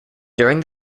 during